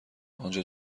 آنجا